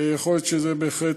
ויכול להיות שזה בהחלט,